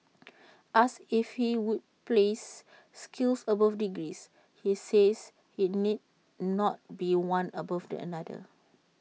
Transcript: asked if he would place skills above degrees he says IT need not be one above the another